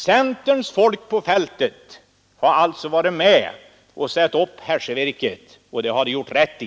Centerns folk på fältet har alltså här varit med om att sätta upp hässjevirket, och det har man gjort rätt i.